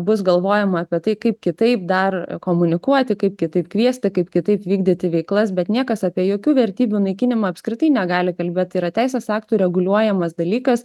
bus galvojama apie tai kaip kitaip dar komunikuoti kaip kitaip kviesti kaip kitaip vykdyti veiklas bet niekas apie jokių vertybių naikinimą apskritai negali kalbėt tai yra teisės aktų reguliuojamas dalykas